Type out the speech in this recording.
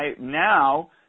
now